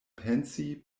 pensi